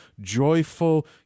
joyful